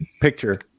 picture